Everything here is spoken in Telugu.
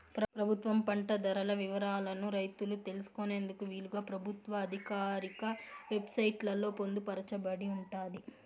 ప్రభుత్వం పంట ధరల వివరాలను రైతులు తెలుసుకునేందుకు వీలుగా ప్రభుత్వ ఆధికారిక వెబ్ సైట్ లలో పొందుపరచబడి ఉంటాది